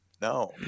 no